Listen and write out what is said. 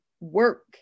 work